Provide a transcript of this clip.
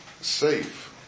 safe